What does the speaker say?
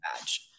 badge